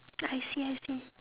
I see I see